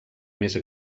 més